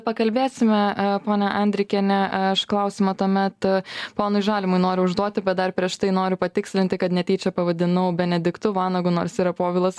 pakalbėsime ponia andrikiene aš klausimą tuomet ponui žalimui noriu užduoti bet dar prieš tai noriu patikslinti kad netyčia pavadinau benediktu vanagu nors yra povilas